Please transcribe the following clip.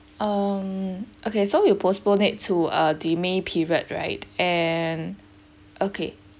um okay so you postpone it to uh the may period right and okay